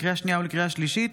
לקריאה שנייה ולקריאה שלישית,